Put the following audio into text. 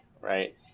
right